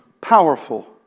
powerful